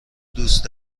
دوست